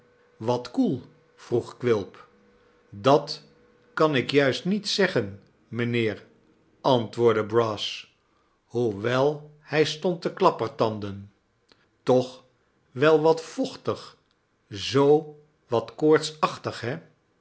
wat koel vroeg quilp dat kan ik juist niet zeggen mijnheer l antwoordde brass hoewel hij stond te klapportanden toch wel wat vochtig zoo wat koortsachtig he